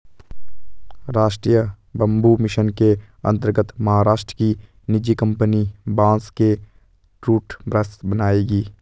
राष्ट्रीय bamboo mission के अंतर्गत महाराष्ट्र की निजी कंपनी बांस से टूथब्रश बनाएगी